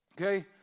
okay